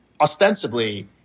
ostensibly